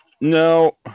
No